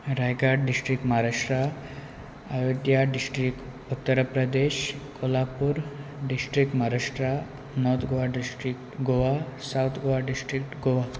Raigad district Maharashtra Ayodhya district Uttar Pradesh Kolhapur district Maharashtra North Goa district Goa South Goa district Goa